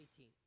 18